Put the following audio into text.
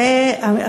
וב.